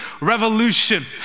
revolution